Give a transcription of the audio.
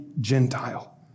Gentile